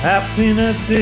Happiness